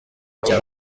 cya